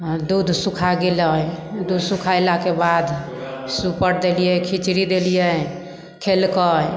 दूध सुखा गेलै दूध सुखैलाके बाद सुपर देलियै खिचड़ी देलियै खेलकै